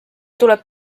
tuleb